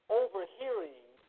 overhearing